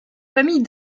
famille